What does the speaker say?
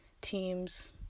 teams